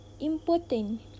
important